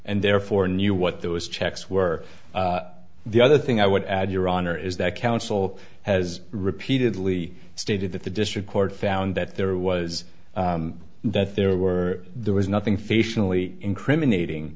and therefore knew what those checks were the other thing i would add your honor is that counsel has repeatedly stated that the district court found that there was that there were there was nothing facially incriminating